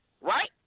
right